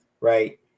Right